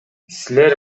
силер